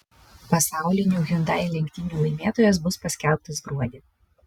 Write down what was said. pasaulinių hyundai lenktynių laimėtojas bus paskelbtas gruodį